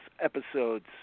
episodes